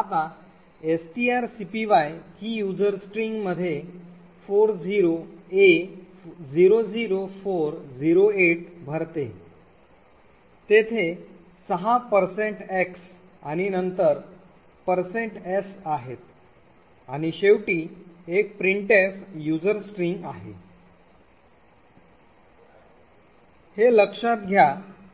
आता strcpy ही user string मध्ये 40a00408 भरते तेथे सहा x आणि नंतर s आहेत आणि शेवटी एक printf user string आहे हे लक्षात घ्या